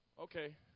Okay